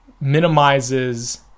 minimizes